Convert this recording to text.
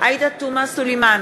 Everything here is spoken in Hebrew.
עאידה תומא סלימאן,